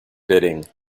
bidding